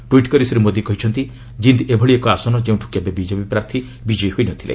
tweet କରି ଶ୍ରୀ ମୋଦି କହିଛନ୍ତି ଜିନ୍ ଏଭଳି ଏକ ଆସନ ଯେଉଁଠୁ କେବେ ବିଜେପି ପ୍ରାର୍ଥୀ ବିଜୟୀ ହୋଇନଥିଲେ